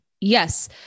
Yes